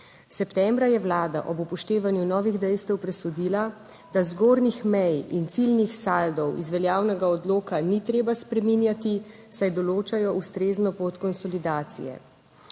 Septembra je Vlada ob upoštevanju novih dejstev presodila, da zgornjih mej in ciljnih saldov iz veljavnega odloka ni treba spreminjati, saj določajo ustrezno pot konsolidacije.